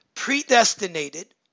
predestinated